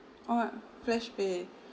oh ah flashpay